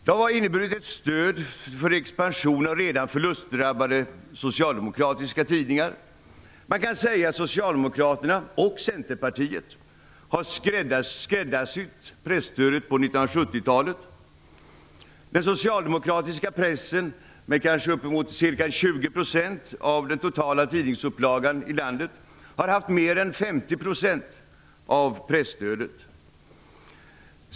Det har inneburit ett stöd för expansion av redan förlustdrabbade socialdemokratiska tidningar. Man kan säga att Scocialdemokraterna och Centerpartiet har skräddarsytt presstödet på 1970-talet. Den socialdemokratiska pressen, med kanske uppemot ca 20 % av den totala tidningsupplagan i landet, har haft mer än 50 % av presstödet.